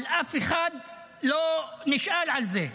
אבל אף אחד לא נשאל על זה.